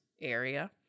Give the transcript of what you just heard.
area